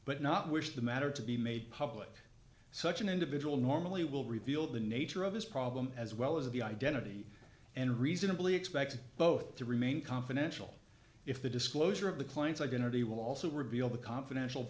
but not wish the matter to be made public such an individual normally will reveal the nature of his problem as well as the identity and reasonably expect both to remain confidential if the disclosure of the clients are going to be will also reveal the confidential